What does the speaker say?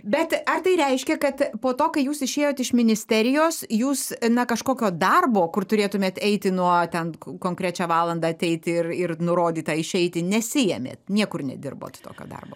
bet ar tai reiškia kad po to kai jūs išėjot iš ministerijos jūs na kažkokio darbo kur turėtumėt eiti nuo ten konkrečią valandą ateiti ir ir nurodytą išeiti nesiėmėt niekur nedirbot tokio darbo